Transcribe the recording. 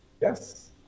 Yes